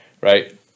right